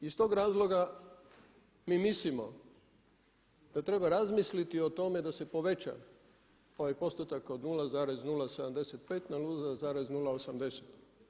Iz tog razloga mi mislimo da treba razmisliti o tome da se poveća taj postotak od 0,075 na 0,080.